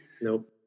Nope